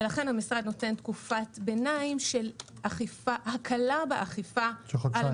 ולכן המשרד נותן תקופת ביניים של הקלה באכיפה -- של חודשיים.